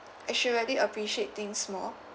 I should really appreciate things more